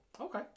Okay